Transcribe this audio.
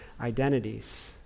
identities